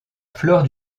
flore